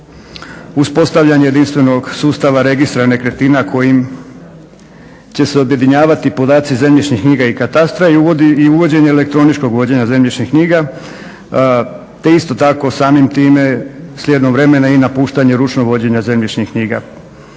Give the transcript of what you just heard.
uspostavljanje jedinstvenog sustava registra nekretnina kojim će se objedinjavati podaci zemljišnih knjiga i katastra i uvođenje elektroničkog vođenja zemljišnih knjiga, te isto tako samim time slijedom vremena i napuštanje ručnog vođenja zemljišnih knjiga.